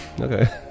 Okay